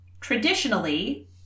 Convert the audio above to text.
traditionally